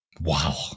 Wow